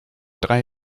drei